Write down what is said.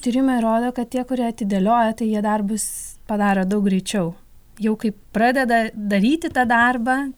tyrimai rodo kad tie kurie atidėlioja tai jie darbus padaro daug greičiau jau kai pradeda daryti tą darbą